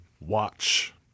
watch